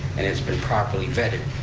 and it's been properly vetted,